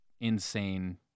insane